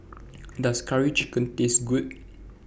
Does Curry Chicken Taste Good